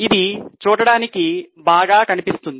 ఇది చూడడానికి బాగా కనిపిస్తుంది